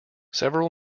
several